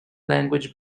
language